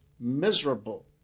miserable